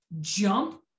jump